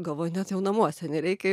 galvoju net jau namuose nereikia